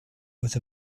with